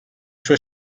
sue